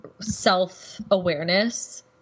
self-awareness